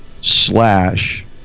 slash